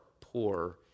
poor